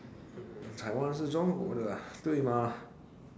台湾是中国的啊对吗